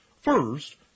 First